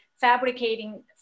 fabricating